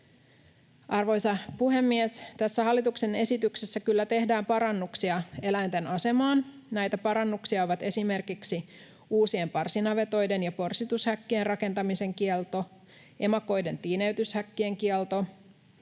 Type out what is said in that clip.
Arvoisa puhemies! Tässä hallituksen esityksessä kyllä tehdään parannuksia eläinten asemaan. Näitä parannuksia ovat esimerkiksi uusien parsinavetoiden ja porsitushäkkien rakentamisen kielto, emakoiden tiineytyshäkkien kielto,